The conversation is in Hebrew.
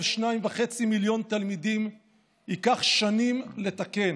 2.5 מיליון תלמידים ייקח שנים לתקן,